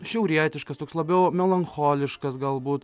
šiaurietiškas toks labiau melancholiškas galbūt